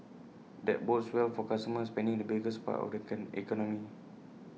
that bodes well for consumer spending the biggest part of the can economy